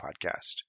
Podcast